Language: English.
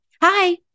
hi